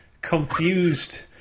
confused